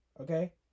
Okay